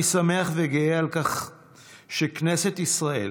אני שמח וגאה על כך שכנסת ישראל